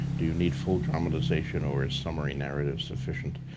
do you need full dramatization, or is summary narrative sufficient?